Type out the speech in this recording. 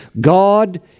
God